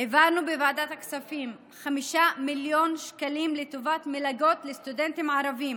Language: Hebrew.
העברנו בוועדת הכספים 5 מיליון שקלים לטובת מלגות לסטודנטים ערבים